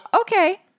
okay